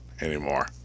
anymore